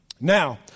Now